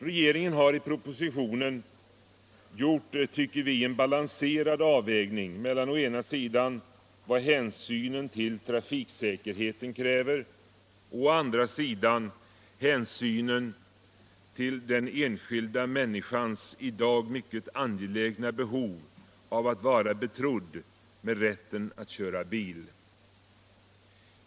Regeringen har i propositionen gjort, tycker vi, en balanserad avvägning mellan å ena sidan hänsynen till trafiksäkerheten och å andra sidan hänsynen till den enskilda människans i dag mycket angelägna behov av att vara betrodd med rätten att köra bil.